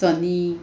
sunny